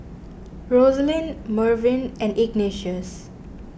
Roselyn Mervyn and Ignatius